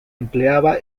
empleaba